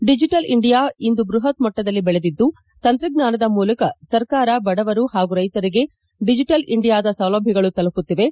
digital India ಇಂದು ಬ್ಬಹತ್ ಮಟ್ಟದಲ್ಲಿ ಬೆಳೆದಿದ್ದು ತಂತ್ರಜ್ಞಾನದ ಮೂಲಕ ಸರ್ಕಾರ ಬಡವರು ಹಾಗೂ ರೈತರಿಗೆ ಡಿಜಿಟಲ್ ಇಂಡಿಯಾದ ಸೌಲಭ್ಯಗಳು ತಲುಪುತ್ತಿವೆ